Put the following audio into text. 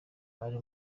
ari